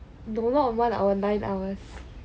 no not one hour nine hours